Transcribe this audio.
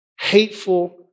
hateful